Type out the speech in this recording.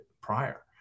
prior